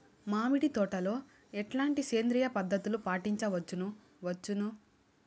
మామిడి తోటలో ఎట్లాంటి సేంద్రియ పద్ధతులు పాటించవచ్చును వచ్చును?